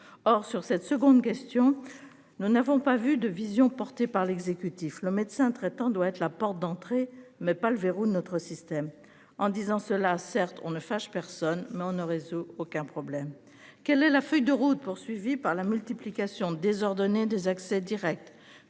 Or sur cette seconde question. Nous n'avons pas vu de vision portées par l'exécutif. Le médecin traitant doit être la porte d'entrée mais pas le verrou de notre système en disant cela. Certes on ne fâche personne mais on ne résout aucun problème. Quelle est la feuille de route. Poursuivi par la multiplication désordonnée des accès directs